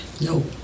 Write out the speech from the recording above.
No